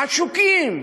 עשוקים,